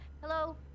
hello